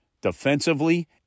defensively